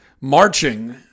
marching